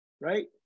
right